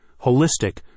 holistic